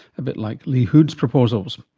a bit like lee hood's proposals.